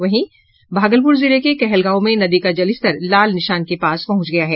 वहीं भागलपुर जिले के कहलगांव में नदी का जलस्तर लाल निशान के पास पहुंच गया है